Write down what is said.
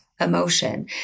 emotion